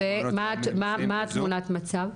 ומה תמונת המצב?